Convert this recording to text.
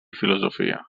filosofia